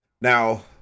Now